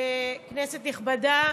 כנסת נכבדה,